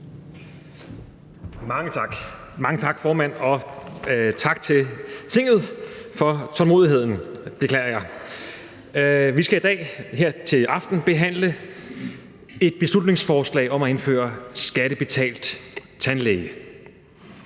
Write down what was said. Mange tak, formand, og tak til Tinget for tålmodigheden. Jeg beklager ventetiden. Vi skal her til aften behandle et beslutningsforslag om at indføre skattebetalt tandlæge.